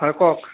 হয় কওক